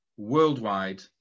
worldwide